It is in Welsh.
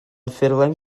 ffurflen